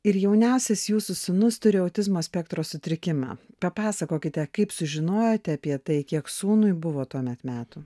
ir jauniausias jūsų sūnus turi autizmo spektro sutrikimą papasakokite kaip sužinojote apie tai kiek sūnui buvo tuomet metų